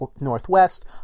Northwest